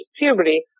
puberty